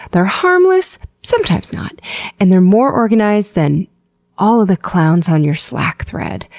they're harmless sometimes not and they're more organized than all of the clowns on your slack thread.